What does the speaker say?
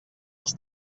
les